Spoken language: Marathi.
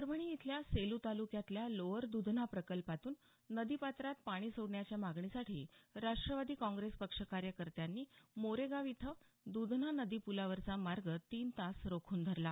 परभणी इथल्या सेलू तालुक्यातल्या लोअर दुधना प्रकल्पातून नदीपात्रात पाणी सोडण्याच्या मागणीसाठी राष्ट्रवादी काँग्रेस पक्ष कार्यकत्यांनी मोरेगाव इथं दुधना नदी पुलावरचा मार्ग तीन तास रोखून धरला